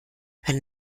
wenn